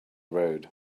road